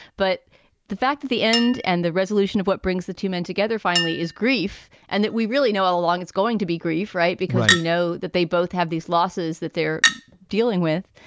but the fact that the end and the resolution of what brings the two men together finally is grief and that we really know all along it's going to be grief. right, because we know that they both have these losses that they're dealing with.